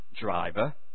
driver